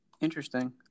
Interesting